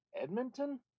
Edmonton